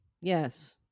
Yes